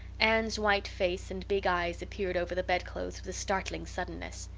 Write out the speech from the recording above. anne's white face and big eyes appeared over the bedclothes with a startling suddenness.